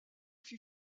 fut